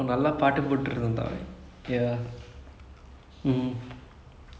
I think that was like hiphop tamizha period now like the songs are like okay okay only